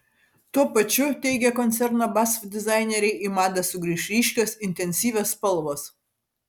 tuo pačiu teigia koncerno basf dizaineriai į madą sugrįš ryškios intensyvios spalvos